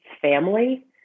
family